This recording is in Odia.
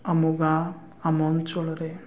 ଆମ ଗାଁ ଆମ ଅଞ୍ଚଳରେ